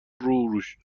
روش